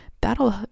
that'll